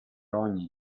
ogni